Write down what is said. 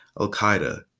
al-Qaeda